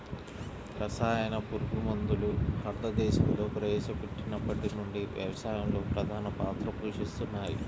రసాయన పురుగుమందులు భారతదేశంలో ప్రవేశపెట్టినప్పటి నుండి వ్యవసాయంలో ప్రధాన పాత్ర పోషిస్తున్నాయి